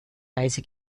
weise